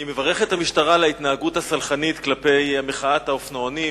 אני מברך את המשטרה על ההתנהגות הסלחנית כלפי מחאת האופנוענים.